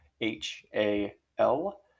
H-A-L